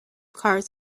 cars